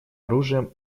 оружием